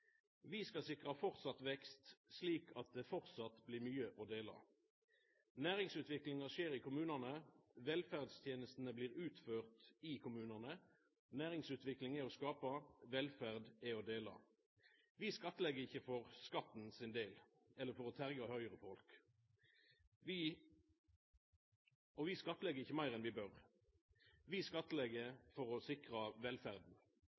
Vi skal sikra vekst i framtida, slik at det framleis blir mykje å dela. Næringsutviklinga skjer i kommunane. Velferdstenestene blir utførde i kommunane. Næringsutvikling er å skapa. Velferd er å dela. Vi skattlegg ikkje for skatten sin del, eller for å terga Høgre-folk, og vi skattlegg ikkje meir enn vi bør. Vi skattlegg for å sikra velferda! Stabile og føreseielege rammevilkår er